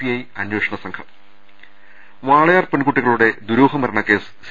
I അന്വേഷണ സംഘം വാളയാർ പെൺകുട്ടികളുടെ ദുരൂഹ മരണ കേസ് സി